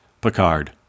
Picard